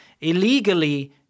illegally